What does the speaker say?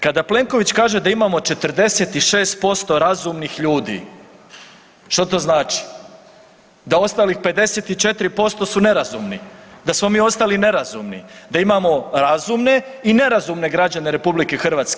Kada Plenković kaže da imamo 46% razumnih ljudi, šta to znači, da ostalih 54% su nerazumni, da smo mi ostali nerazumni, da imamo razumne i nerazumne građane RH.